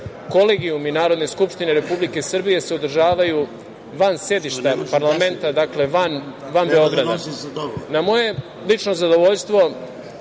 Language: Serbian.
Kolegijumi Narodne skupštine Republike Srbije se održavaju van sedišta parlamenta, dakle van Beograda. Na moje lično zadovoljstvo